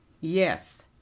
Yes